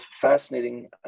fascinating